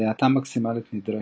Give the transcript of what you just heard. והאטה מקסימלית הנדרשת.